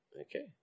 Okay